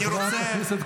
זה לוחמים,